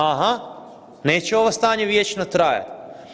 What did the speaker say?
Aha, neće ovo stanje vječno trajati.